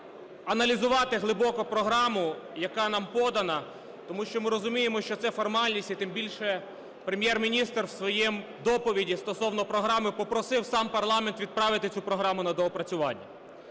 аналізувати глибоку програму, яка нам подана, тому що ми розуміємо, що це формальність, і тим більше Прем'єр-міністр в своїй доповіді стосовно програми попросив сам парламент відправити цю програму на доопрацювання.